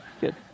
Good